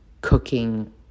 cooking